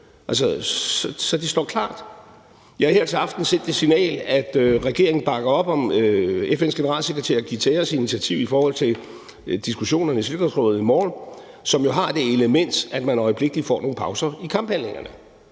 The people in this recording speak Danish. Så det står altså klart. Jeg har her til aften sendt det signal, at regeringen bakker op om FN's generalsekretær Guterres' initiativ i forhold til diskussionerne i Sikkerhedsrådet i morgen, som jo har det element, at man øjeblikkelig får nogle pauser i kamphandlingerne.